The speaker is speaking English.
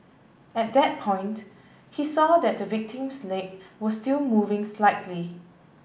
at that point he saw that the victim's leg were still moving slightly